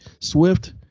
Swift